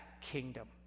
kingdom